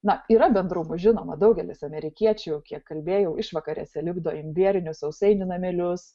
na yra bendrų žinoma daugelis amerikiečių kiek kalbėjau išvakarėse lipdo imbierinius sausainių namelius